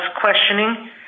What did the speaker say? questioning